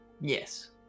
Yes